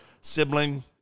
sibling